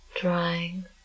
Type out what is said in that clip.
drying